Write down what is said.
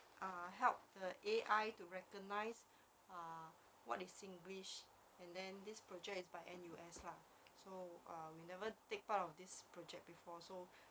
ah help the A_I to recognise err what is singlish and then this project is by N_U_S lah so err we never take part of this project before so